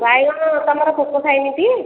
ବାଇଗଣ ତମର ପୋକ ଖାଇନିଟି